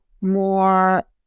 more